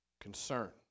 concern